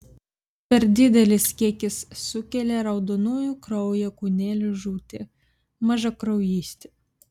per didelis kiekis sukelia raudonųjų kraujo kūnelių žūtį mažakraujystę